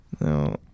No